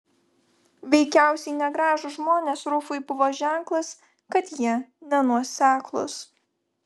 veikiausiai negražūs žmonės rufui buvo ženklas kad jie nenuoseklūs